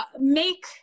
make